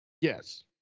Yes